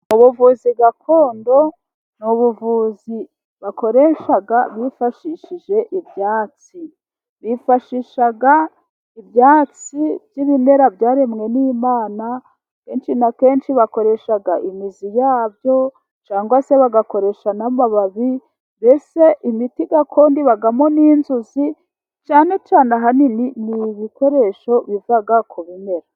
Ubuvuzi gakondo ni ubuvuzi bakoresha bifashishije ibyatsi, bifashisha ibyatsi by'ibimera byaremwe n'imana, skenshi na kenshi bakoresha imizi yabyo cangwa se bagakoresha n'amababi. Mbese imiti gakondo ibamo n'inzuzi, cyane cyane ahanini ni ibikoresho biva ku bimera.